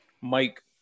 Mike